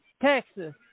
Texas